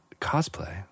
cosplay